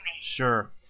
Sure